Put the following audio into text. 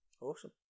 Awesome